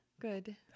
Good